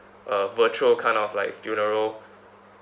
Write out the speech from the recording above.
uh virtual kind of like funeral